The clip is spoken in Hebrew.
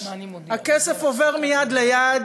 הכסף עובר מיד ליד,